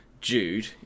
jude